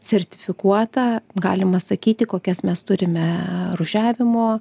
sertifikuota galima sakyti kokias mes turime rūšiavimo